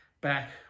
back